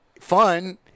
fun